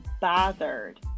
bothered